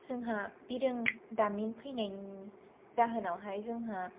जोंहा बिरोंदामिन फैनायनि जाहोनावहाय जोंहा